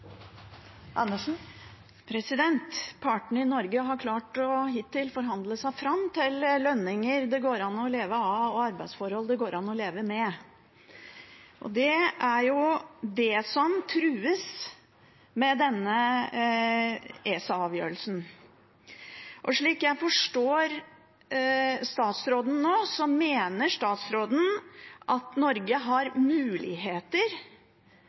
Partene i Norge har hittil klart å forhandle seg fram til lønninger det går an å leve av, og arbeidsforhold det går an å leve med. Det er det som trues med denne ESA-avgjørelsen. Slik jeg forstår statsråden nå, mener statsråden at Norge har muligheter